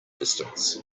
distance